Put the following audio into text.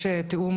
מה להכשרה,